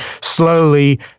slowly